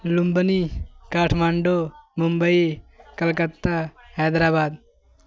Lumbini Kathmandu Mumbai Calcutta Hyderabad